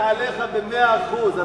אני סומך עליך במאה אחוזים,